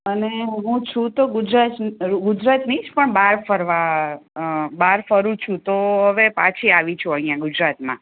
અને હું છું તો ગુજરાતની જ પણ બહાર ફરવા બહાર ફરું છું તો હવે પાછી આવી છું અહીંયા ગુજરાતમાં